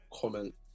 Comment